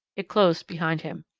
it closed behind him.